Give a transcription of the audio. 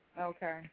Okay